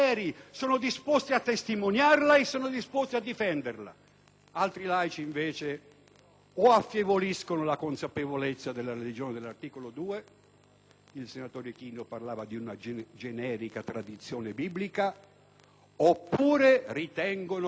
affievoliscono la consapevolezza della religione dell'articolo 2 (il senatore Ichino parlava di una generica tradizione biblica), oppure ritengono la religione cristiana un ostacolo. Noi la pensiamo diversamente,